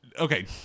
Okay